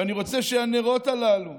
ואני רוצה שהנרות הללו